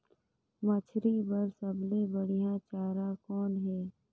मछरी बर सबले बढ़िया चारा कौन हे?